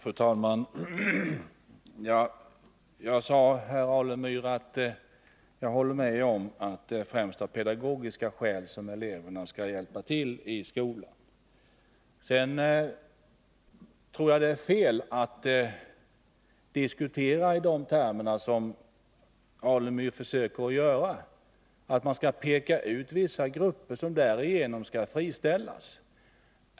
Fru talman! Jag sade, herr Alemyr, att jag håller med om att det främst är av pedagogiska skäl som eleverna bör hjälpa till i skolan. Jag tycker det är fel att diskutera i de termer som Stig Alemyr försöker att göra, att peka ut vissa grupper som genom elevernas arbetsinsatser skulle friställas.